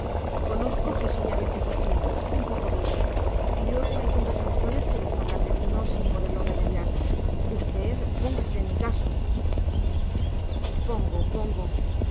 conozco que soy a veces así un poco vivo y luego hay conversaciones que me sacan de tino sin poderlo remediar usted póngase en mi caso pongo pongo